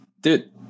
Dude